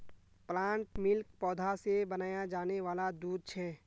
plant milk पौधा से बनाया जाने वाला दूध छे